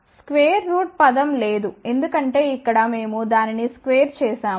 square root పదం లేదు ఎందుకంటే ఇక్కడ మేము దానిని స్క్వేర్ చేసాము